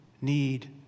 need